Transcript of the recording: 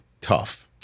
tough